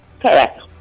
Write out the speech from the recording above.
Correct